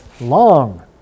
long